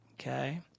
Okay